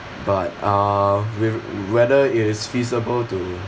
but uh with whether it is feasible to